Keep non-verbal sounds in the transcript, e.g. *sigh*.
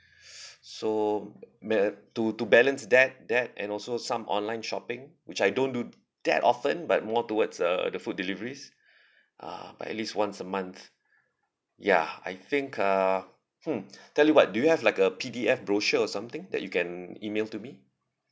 *noise* so to to balance that that and also some online shopping which I don't do that often but more towards uh the food deliveries uh but at least once a month ya I think uh hmm *breath* tell you what do you have like a P_D_F brochure or something that you can email to me